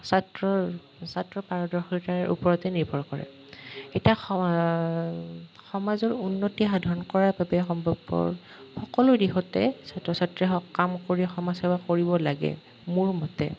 ছাত্ৰৰ ছাত্ৰ পাৰদৰ্শিতাৰ ওপৰতে নিৰ্ভৰ কৰে এতিয়া সমাজৰ উন্নতি সাধন কৰাৰ বাবে সম্ভৱপৰ সকলো দিশতে ছাত্ৰ ছাত্ৰী হওক কাম কৰি সমাজসেৱা কৰিব লাগে মোৰ মতে